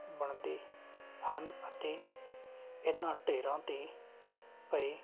ਬਣਦੇ ਹਨ ਅਤੇ ਇਨ੍ਹਾਂ ਢੇਰਾਂ 'ਤੇ ਪਏ